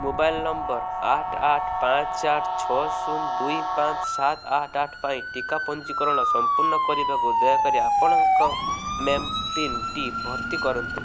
mobile ନମ୍ବର ଆଠ ଆଠ ପାଞ୍ଚ ଆଠ ଛଅ ଶୂନ ଦୁଇ ପାଞ୍ଚ ସାତ ଆଠ ଆଠ ପାଇଁ ଟିକା ପଞ୍ଜୀକରଣ ସଂପୂର୍ଣ୍ଣ କରିବାକୁ ଦୟାକରି ଆପଣଙ୍କର ମେଏପିନ୍ଟି ଭର୍ତ୍ତି କରନ୍ତୁ